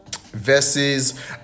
verses